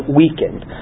weakened